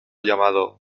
llamado